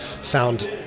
found